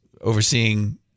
overseeing